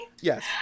Yes